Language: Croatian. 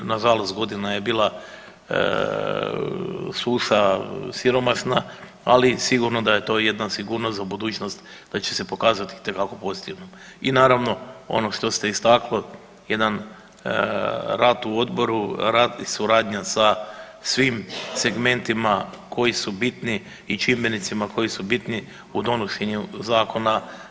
Nažalost godina je bila suša, siromašna, ali sigurno da je to jedna sigurnost za budućnost da će se pokazati … [[Govornik se ne razumije]] I naravno ono što ste istakli jedan rad u odboru, rad i suradnja sa svim segmentima koji su bitni i čimbenicima koji su bitni u donošenju zakona.